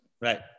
Right